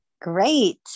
great